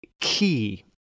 key